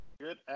good